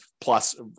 plus